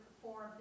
perform